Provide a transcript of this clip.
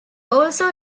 also